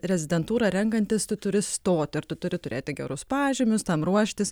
rezidentūrą renkantis tu turi stot ir tu turi turėti gerus pažymius ten ruoštis